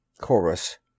Chorus